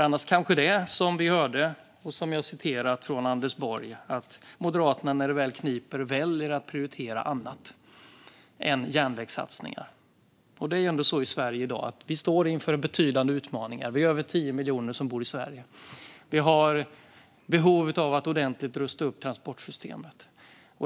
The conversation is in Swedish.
Annars kanske det är så, som vi hörde och som jag citerade Anders Borg, att Moderaterna när det väl kniper väljer att prioritera annat än järnvägssatsningar. Sverige står i dag inför betydande utmaningar. Vi är över 10 miljoner som bor i Sverige. Vi har behov av att ordentligt rusta upp transportsystemet.